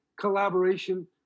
collaboration